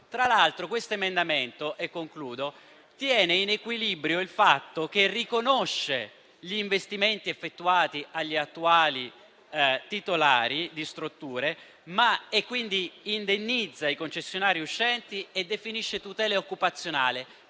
Tra l'altro, questo emendamento tiene in equilibrio il riconoscimento degli investimenti effettuati agli attuali titolari di strutture, quindi indennizza i concessionari uscenti e definisce tutele occupazionali,